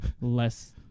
less